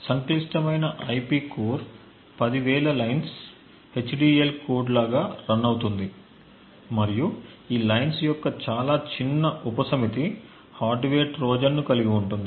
సంక్లిష్టమైన IP core పదివేల lines HDL code లాగా రన్ అవుతుంది మరియు ఈ లైన్స్ యొక్క చాలా చిన్న ఉపసమితి హార్డ్వేర్ ట్రోజన్ను కలిగి ఉంటుంది